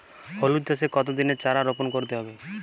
হলুদ চাষে কত দিনের চারা রোপন করতে হবে?